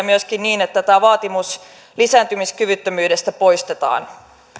myöskin niin että tämä vaatimus lisääntymiskyvyttömyydestä poistetaan